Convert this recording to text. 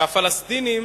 והפלסטינים